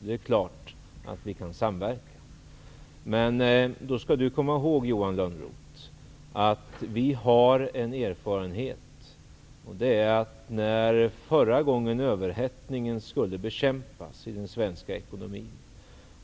Det är alltså klart att vi kan samverka. Men Johan Lönnroth skall komma ihåg att vi har en erfarenhet, nämligen den att Vänsterpartiet inte fanns där förra gången då överhettningen i den svenska ekonomin skulle bekämpas